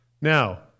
Now